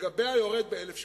לגביה יורד ב-1,000 שקלים,